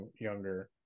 younger